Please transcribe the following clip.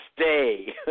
stay